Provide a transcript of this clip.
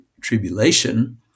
tribulation